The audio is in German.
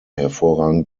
hervorragend